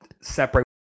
separate